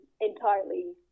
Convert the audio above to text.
entirely